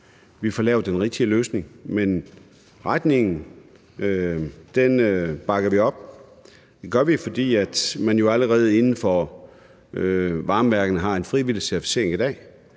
vi får lavet den rigtige løsning, men retningen bakker vi op. Det gør vi, fordi man blandt varmeværkerne allerede har en frivillig certificeringsordning